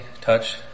touch